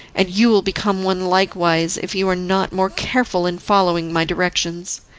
and you will become one likewise if you are not more careful in following my directions.